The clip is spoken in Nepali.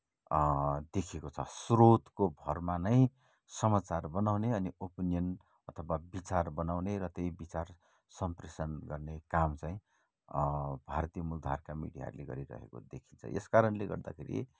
देखिएको छ स्रोतको भरमा नै समाचार बनाउने अनि ओपिनियन अथवा बिचार बनाउने र त्यही बिचार सम्प्रेषण गर्ने काम चाहिँ भारतीय मुलधारका मिडियाहरूले गरिरहेको देखिन्छ यस कारणले गर्दाखेरि